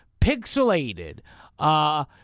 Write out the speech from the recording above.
pixelated